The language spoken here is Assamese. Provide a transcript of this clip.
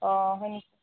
অ হয়নি